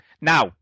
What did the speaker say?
Now